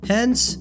Hence